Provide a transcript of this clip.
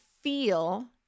feel